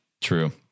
True